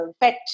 pet